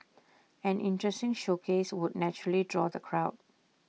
an interesting showcase would naturally draw the crowd